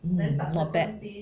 mm not bad